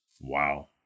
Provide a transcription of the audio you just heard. Wow